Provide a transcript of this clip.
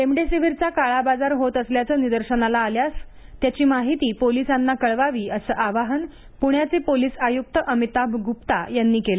रेमडीसीवरचा काळा बाजार होत असल्याच निदर्शनाला आल्यास याची माहिती पोलिसांना कळवावी असं आवाहन पृण्याचे पोलीस आयुक्त अमिताभ गुप्ता यांनी केलं